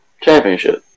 championship